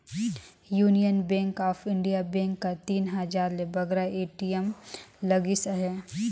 union bank of India bank कर तीन हजार ले बगरा ए.टी.एम लगिस अहे